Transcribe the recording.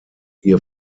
ihr